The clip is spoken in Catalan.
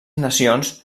nacions